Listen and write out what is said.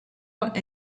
what